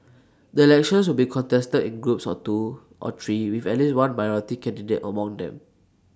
the elections would be contested in groups of two or three with at least one minority candidate among them